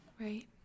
right